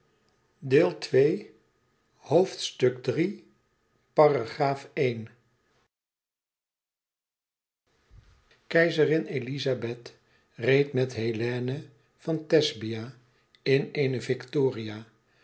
keizerin elizabeth reed met hélène van thesbia in eene victoria